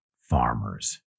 farmers